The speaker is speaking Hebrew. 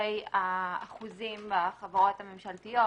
אחרי האחוזים בחברות הממשלתיות,